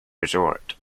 resort